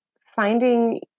finding